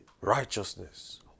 righteousness